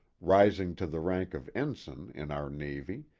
rising to the rank of ensign in our navy,